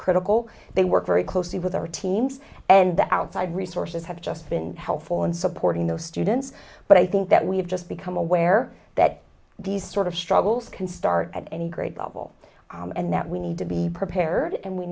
critical they work very closely with our teams and the outside resources have just been helpful in supporting those students but i think that we have just become aware that these sort of struggles can start at any grade level and that we need to be prepared and we